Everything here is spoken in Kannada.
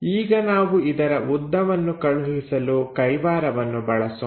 ಈಗ ನಾವು ಇದರ ಉದ್ದವನ್ನು ಕಳುಹಿಸಲು ಕೈವಾರವನ್ನು ಬಳಸೋಣ